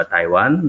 Taiwan